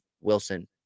Wilson